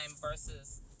versus